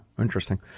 Interesting